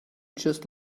just